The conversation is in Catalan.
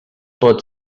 pot